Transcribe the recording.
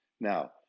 now